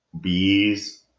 Bees